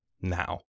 now